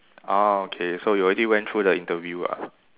ah okay so you already went through the interview ah